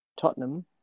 Tottenham